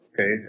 okay